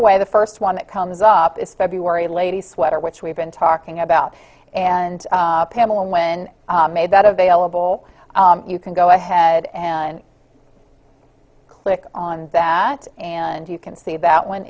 away the first one that comes up is february lady sweater which we've been talking about and pamela when i made that available you can go ahead and click on that and you can see that one